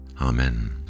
Amen